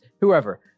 Whoever